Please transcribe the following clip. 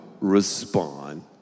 respond